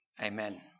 Amen